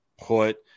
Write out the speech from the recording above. put